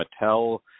mattel